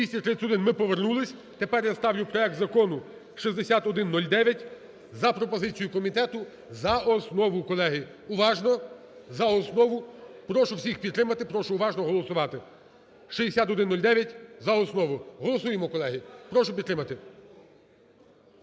За-231 Ми повернулись. Тепер я ставлю проект Закону 6109 за пропозицію комітету за основу. Колеги, уважно, за основу. Прошу всіх підтримати, прошу уважно голосувати 6109 за основу. Голосуємо. Колеги, прошу підтримати.